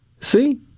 See